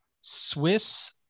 swiss